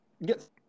Yes